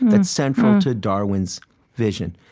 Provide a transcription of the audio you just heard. that's central to darwin's vision.